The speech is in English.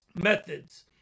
methods